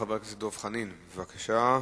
חבר הכנסת דב חנין, בבקשה,